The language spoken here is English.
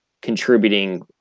contributing